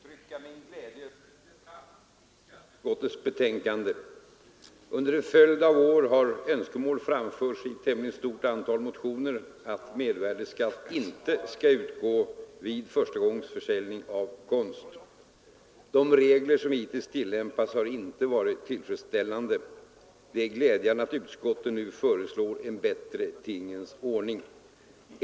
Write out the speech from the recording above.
Herr talman! Jag vill bara uttrycka min glädje över en detalj i skatteutskottets betänkande. Under en följd av år har önskemål framförts i ett tämligen stort antal motioner att mervärdeskatt inte skall utgå vid förstagångsförsäljning av konst. De regler som hittills tillämpats har inte varit tillfredsställande. Det är glädjande att utskottet nu föreslår en bättre tingens ordning.